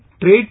trade